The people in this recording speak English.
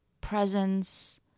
presence